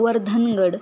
Vardhangad